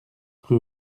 rue